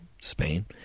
Spain